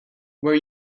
where